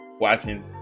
watching